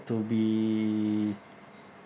to be